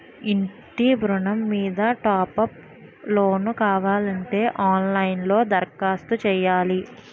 ఇంటి ఋణం మీద టాప్ అప్ లోను కావాలంటే ఆన్ లైన్ లో దరఖాస్తు చెయ్యు